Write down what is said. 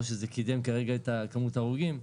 לא שזה שינה כרגע את כמות ההרוגים,